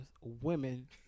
women